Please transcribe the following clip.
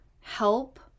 help